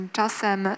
Czasem